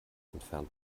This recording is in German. entfernt